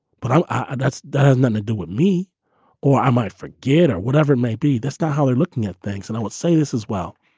but and that's that has nothing to do with me or i might forget or whatever it may be. that's not how they're looking at things. and i would say this as well.